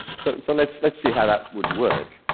so let's let's see how that would work.